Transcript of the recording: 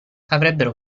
avrebbero